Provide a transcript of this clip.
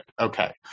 Okay